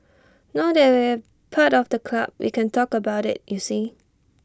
now that we're part of the club we can talk about IT you see